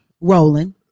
rolling